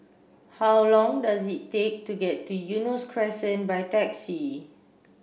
how long does it take to get to Eunos Crescent by taxi